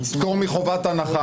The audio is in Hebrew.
פטור מחובת הנחה.